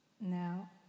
Now